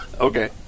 Okay